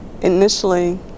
initially